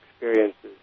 experiences